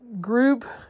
group